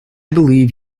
believe